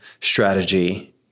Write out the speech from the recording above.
strategy